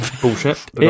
Bullshit